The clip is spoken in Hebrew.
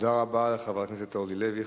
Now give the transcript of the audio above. תודה רבה לחברת הכנסת אורלי לוי.